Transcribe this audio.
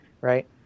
right